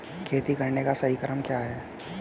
खेती करने का सही क्रम क्या है?